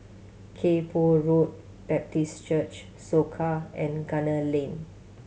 Kay Poh Road Baptist Church Soka and Gunner Lane